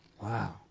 Wow